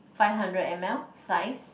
five hundred m_l size